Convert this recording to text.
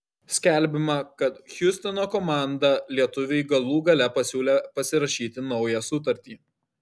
skelbiama kad hjustono komanda lietuviui galų gale pasiūlė pasirašyti naują sutartį